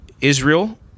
Israel